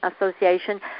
Association